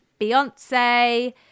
Beyonce